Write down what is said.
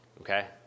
okay